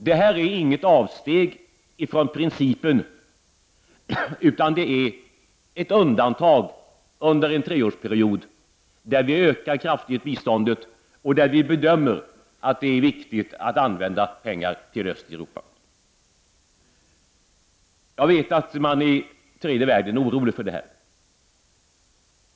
Det här är inget avsteg från principen utan det är ett undantag under en treårsperiod. Vi ökar biståndet kraftigt och vi bedömer att det är viktigt att använda pengar till Östeuropa. Jag vet att man är orolig för det här i tredje världen.